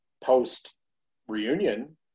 post-reunion